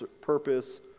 purpose